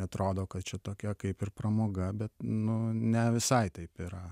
atrodo kad čia tokia kaip ir pramoga bet nu ne visai taip yra